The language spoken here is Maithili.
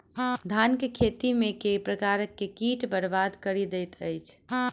धान केँ खेती मे केँ प्रकार केँ कीट बरबाद कड़ी दैत अछि?